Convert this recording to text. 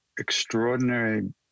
Extraordinary